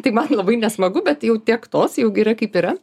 tai man labai nesmagu bet jau tiek tos jau yra kaip yra